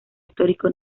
histórico